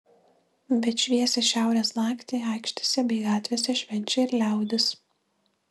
bet šviesią šiaurės naktį aikštėse bei gatvėse švenčia ir liaudis